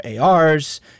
ARs